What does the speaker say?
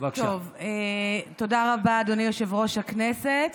תודה רבה, אדוני יושב-ראש הישיבה.